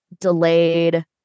delayed